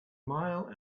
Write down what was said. mile